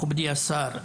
מכובדי השר,